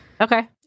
Okay